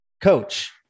coach